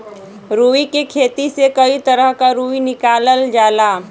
रुई के खेती से कई तरह क रुई निकालल जाला